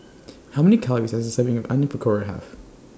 How Many Calories Does A Serving of Onion Pakora Have